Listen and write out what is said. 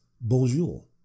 bonjour